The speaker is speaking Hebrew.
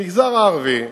במגזר הערבי,